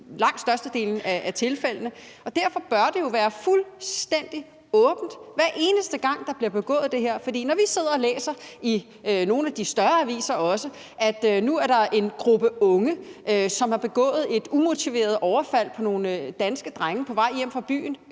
langt størstedelen af tilfældene, og derfor bør det jo være fuldstændig åbent, hver eneste gang det her bliver begået. For når vi sidder og læser også i nogle af de større aviser, at nu er der en gruppe unge, som har begået et umotiveret overfald på nogle danske drenge på vej hjem fra byen,